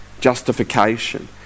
justification